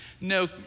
No